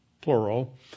plural